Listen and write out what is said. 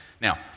Now